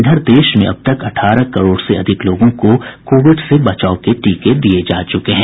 इधर देश में अब तक अठारह करोड़ से अधिक लोगों को कोविड से बचाव के टीके दिये जा चुके हैं